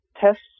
tests